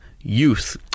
Youth